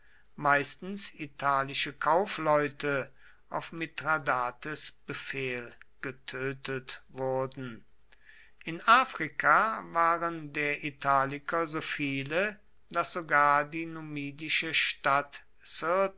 meistens italische kaufleute auf mithradates befehl getötet wurden in afrika waren der italiker so viele daß sogar die numidische stadt